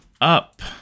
up